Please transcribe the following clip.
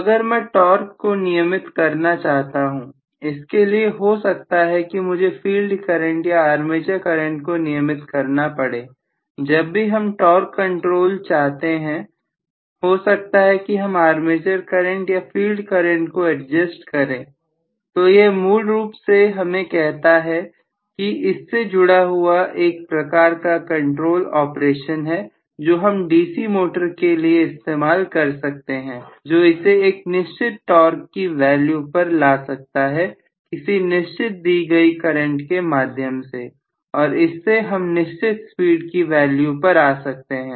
तो अगर मैं टॉर्क को नियमित करना चाहता हूं इसके लिए हो सकता है कि मुझे फील्ड करंट या आर्मेचर करंट को नियमित करना पड़े जब भी हम टॉर्क कंट्रोल चाहते हैं तो हो सकता है कि हम आर्मेचर करंट या फील्ड करंट को एडजस्ट करें तो यह मूल रूप से हमें कहता है कि इससे जुड़ा एक प्रकार का कंट्रोल ऑपरेशन है जो हम डीसी मोटर के लिए इस्तेमाल कर सकते हैं जो इसे एक निश्चित टॉर्क की वैल्यू पर ला सकता है किसी निश्चित दी गई करंट के माध्यम से और इससे हम निश्चित स्पीड की वैल्यू पर आ सकते हैं